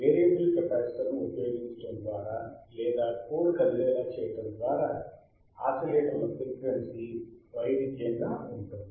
variable కెపాసిటర్ను ఉపయోగించడం ద్వారా లేదా కోర్ కదిలేలా చేయడం ద్వారా ఆసిలేటర్ల ఫ్రీక్వెన్సీ వైవిధ్యంగా ఉంటుంది